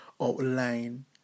outline